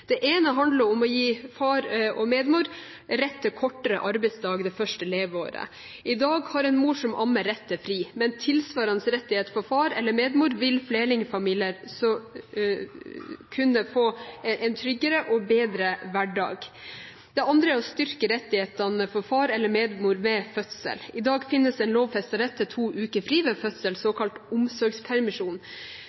Det ene handler om å gi far og medmor rett til kortere arbeidsdag det første leveåret. I dag har en mor som ammer, rett til fri. Med en tilsvarende rettighet for far eller medmor vil flerlingfamilier kunne få en tryggere og bedre hverdag. Det andre er å styrke rettighetene for far eller medmor ved fødsel. I dag finnes det en lovfestet rett til to uker fri ved fødsel,